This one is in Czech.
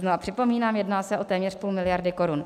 Znova připomínám, jedná se o téměř půl miliardy korun.